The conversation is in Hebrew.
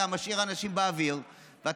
אתה משאיר אנשים באוויר, ב.